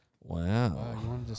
Wow